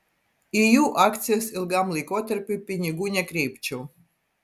į jų akcijas ilgam laikotarpiui pinigų nekreipčiau